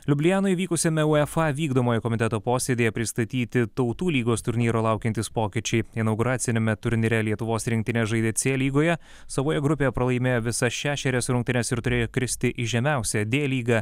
liublianoj vykusiame uefa vykdomojo komiteto posėdyje pristatyti tautų lygos turnyro laukiantys pokyčiai inauguraciniame turnyre lietuvos rinktinė žaidė c lygoje savoje grupėje pralaimėjo visas šešerias rungtynes ir turėjo kristi į žemiausią d lygą